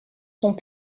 sont